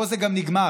פה זה גם נגמר.